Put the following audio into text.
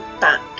back